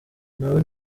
nawe